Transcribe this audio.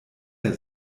der